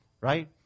right